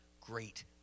great